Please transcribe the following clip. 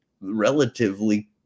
relatively